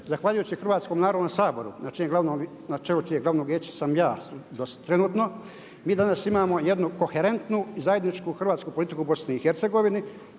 zahvaljujući Hrvatskom narodnom saboru na čelu čijeg glavnog vijeća sam ja trenutno. Mi danas imamo jednu koherentnu zajedničku hrvatsku politiku u BiH.